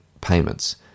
payments